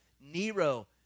Nero